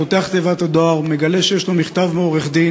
פותח את תיבת הדואר ומגלה שיש לו מכתב מעורך-דין,